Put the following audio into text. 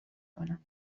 کنم